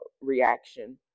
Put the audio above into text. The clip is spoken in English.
reaction